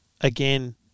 again